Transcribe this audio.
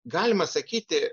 galima sakyti